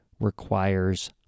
requires